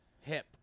Hip